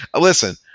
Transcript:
listen